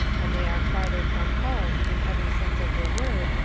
and they are farther from home, in every sense of the word,